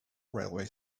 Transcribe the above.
railway